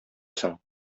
соң